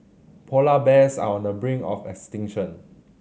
polar bears are on the brink of extinction